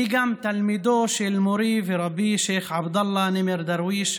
אני גם תלמידו של מורי ורבי שייח' עבדאללה נימר דרוויש,